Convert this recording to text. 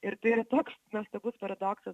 ir tai yra toks nuostabus paradoksas